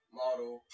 model